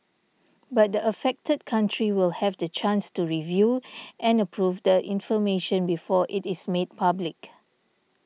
but the affected country will have the chance to review and approve the information before it is made public